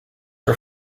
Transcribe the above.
are